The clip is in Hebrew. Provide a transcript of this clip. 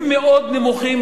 היא מאוד נמוכה,